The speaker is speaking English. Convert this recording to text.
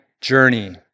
journey